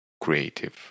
creative